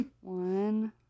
One